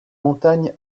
montagnes